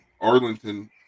Arlington